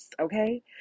Okay